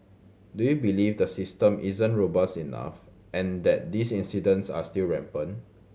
do you believe the system isn't robust enough and that these incidents are still rampant